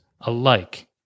alike